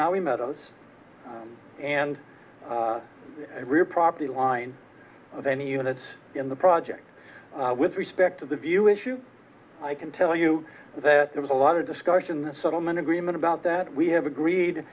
maui meadows and real property line of any units in the project with respect to the view issue i can tell you that there was a lot of discussion the settlement agreement about that we have agreed